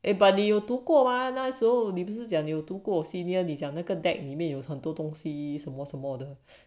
uh but 你有读过吗那时候你不是有读过 senior 底下那个 decked 里面有很多东西 a model